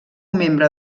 membre